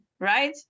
right